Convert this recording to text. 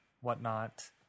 whatnot